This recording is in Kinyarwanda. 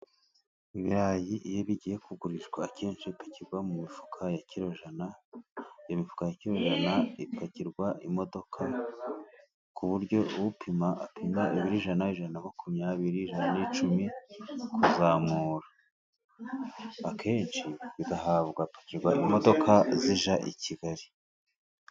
Ibirayi iyo bigiye kugurishwa akenshi bipakigwa mu mifuka ya kirojana, iyo mivuka ya kirojana igapakirwarwa imodoka ku buryo upima, apima ijana, ijana na makumyabiri, ijana na cumi kuzamura, akenshi bigahabwaki imodoka zijya i kigali.